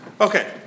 Okay